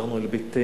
חזרנו אל ביתנו,